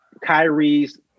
Kyrie's